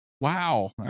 Wow